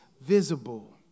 visible